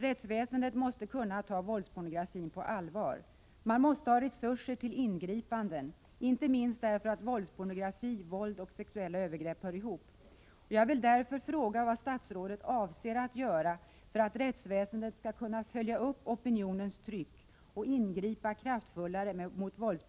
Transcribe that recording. Rättsväsendet måste kunna ta våldspornografin på allvar. Man måste ha resurser till ingripanden, inte minst därför att våldspornografi, våld och sexuella övergrepp hör ihop.